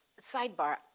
sidebar